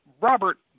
Robert